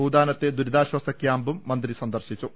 ഭൂതാനത്തെ ദുരിതാശ്ചാസ ക്യാമ്പും മന്ത്രി സന്ദർശിച്ചു